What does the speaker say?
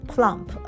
Plump